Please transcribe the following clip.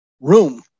room